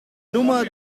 nummer